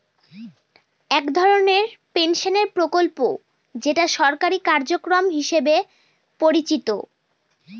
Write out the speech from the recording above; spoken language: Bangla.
এক ধরনের পেনশনের প্রকল্প যেটা সরকারি কার্যক্রম হিসেবে পরিচিত